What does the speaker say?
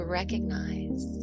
recognize